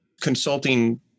consulting